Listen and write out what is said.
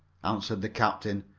answered the captain.